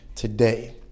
Today